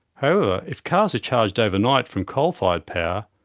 however, if cars are charged overnight from coal fired power,